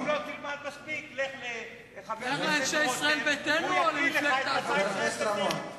אם לא תלמד מספיק, לך לחבר הכנסת רותם.